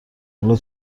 حالا